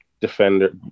defender